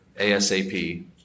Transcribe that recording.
ASAP